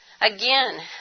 Again